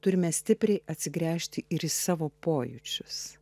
turime stipriai atsigręžti ir į savo pojūčius